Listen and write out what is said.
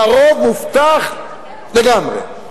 והרוב מובטח לגמרי.